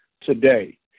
today